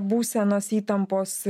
būsenos įtampos